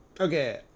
okay